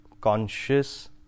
conscious